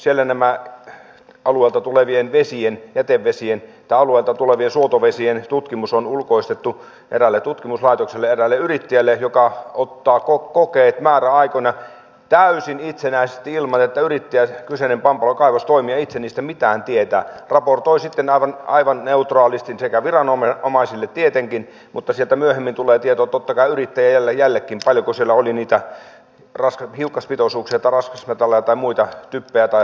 siellä nämä alueelta tulevien jätevesien tai alueelta tulevien suotovesien tutkimus on ulkoistettu eräälle tutkimuslaitokselle ja eräälle yrittäjälle joka ottaa kokeet määräaikoina täysin itsenäisesti ilman että yrittäjä kyseinen pampalon kaivostoimija itse niistä mitään tietää raportoi sitten aivan neutraalisti viranomaisille tietenkin mutta sieltä myöhemmin tulee tieto totta kai yrittäjällekin paljonko siellä oli niitä hiukkaspitoisuuksia tai raskasmetalleja tai muita typpeä tai fosforia